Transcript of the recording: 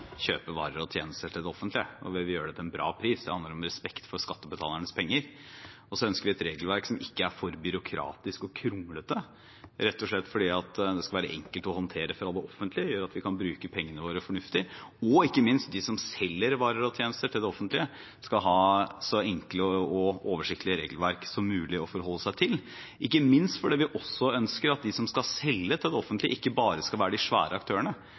et regelverk som ikke er for byråkratisk og kronglete, rett og slett fordi det skal være enkelt å håndtere fra det offentliges side, som gjør at vi kan bruke pengene våre fornuftig. Ikke minst skal også de som selger varer og tjenester til det offentlige, ha så enkle og oversiktlige regelverk som mulig å forholde seg til, ikke minst fordi vi også ønsker at de som skal selge til det offentlige, ikke bare skal være de svære aktørene.